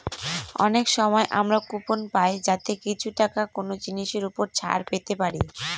অনেক সময় আমরা কুপন পাই যাতে কিছু টাকা কোনো জিনিসের ওপর ছাড় পেতে পারি